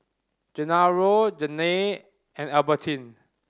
Genaro Janay and Albertine